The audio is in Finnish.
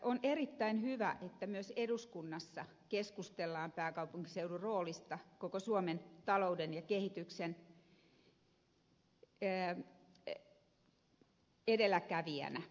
on erittäin hyvä että myös eduskunnassa keskustellaan pääkaupunkiseudun roolista koko suomen talouden ja kehityksen edelläkävijänä